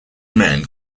men